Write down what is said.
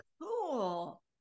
cool